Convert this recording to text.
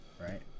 right